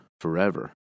forever